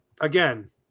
again